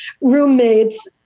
roommates